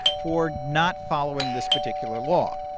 for not following this particular law.